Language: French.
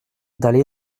d’aller